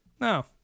no